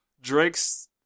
Drake's